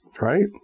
right